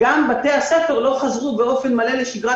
גם בתי הספר לא חזרו באופן מלא לשגרת